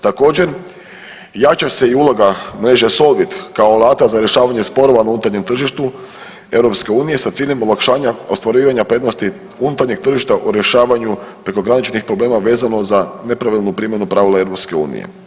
Također, jača se i uloga mreže Solvit, kao alata za rješavanje sporova na unutarnjem tržištu Europske unije sa ciljem olakšanja ostvarivanja prednosti unutarnjeg tržišta o rješavanju prekograničnih problema vezano za nepravilnu primjenu pravila Europske unije.